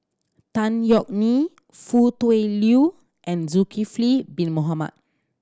Tan Yeok Nee Foo Tui Liew and Zulkifli Bin Mohamed